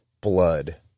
blood